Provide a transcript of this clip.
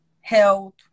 health